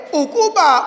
ukuba